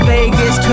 Vegas